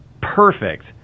perfect